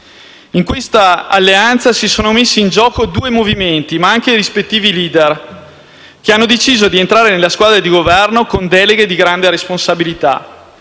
In questa alleanza si sono messi in gioco due movimenti, ma anche i rispettivi *leader*, che hanno deciso di entrare nella squadra di Governo con deleghe di grande responsabilità.